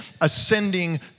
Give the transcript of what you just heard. ascending